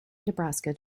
nebraska